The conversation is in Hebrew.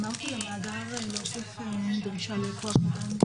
מעבר לפתיחת חשבון הבנק,